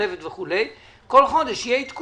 כך היא תיראה?